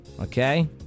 Okay